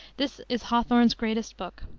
this is hawthorne's greatest book.